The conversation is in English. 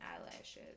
Eyelashes